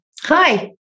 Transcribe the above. Hi